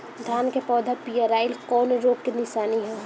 धान के पौधा पियराईल कौन रोग के निशानि ह?